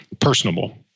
personable